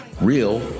real